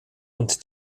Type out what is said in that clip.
und